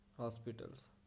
hospitals